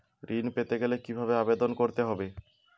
ঋণ পেতে গেলে কিভাবে আবেদন করতে হবে?